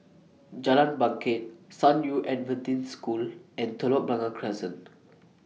Jalan Bangket San Yu Adventist School and Telok Blangah Crescent